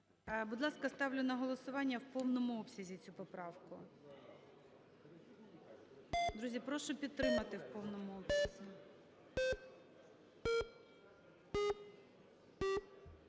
Будь ласка, ставлю на голосування в повному обсязі цю поправку. Друзі, прошу підтримати в повному обсязі.